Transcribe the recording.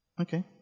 Okay